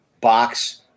box